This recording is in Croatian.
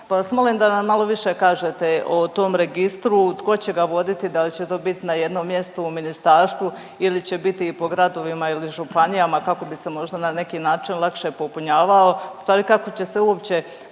molim da nam malo više kažete o tom registru, tko će ga voditi, da li će to biti na jednom mjestu u ministarstvu ili će biti i po gradovima ili županijama kako bi se možda na neki način lakše popunjavao. U stvari kako će se uopće